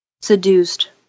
seduced